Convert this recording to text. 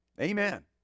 Amen